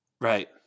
Right